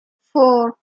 four